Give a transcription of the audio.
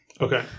Okay